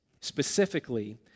specifically